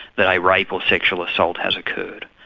that a rape or sexual assault has occurred,